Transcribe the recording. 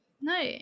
No